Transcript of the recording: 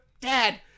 Dad